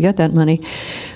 would get that money